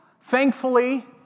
thankfully